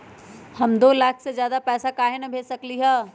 हम दो लाख से ज्यादा पैसा काहे न भेज सकली ह?